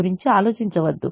గురించి ఆలోచించవద్దు